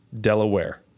Delaware